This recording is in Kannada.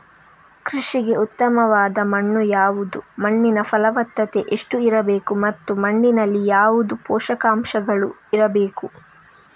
ಕೃಷಿಗೆ ಉತ್ತಮವಾದ ಮಣ್ಣು ಯಾವುದು, ಮಣ್ಣಿನ ಫಲವತ್ತತೆ ಎಷ್ಟು ಇರಬೇಕು ಮತ್ತು ಮಣ್ಣಿನಲ್ಲಿ ಯಾವುದು ಪೋಷಕಾಂಶಗಳು ಇರಬೇಕು?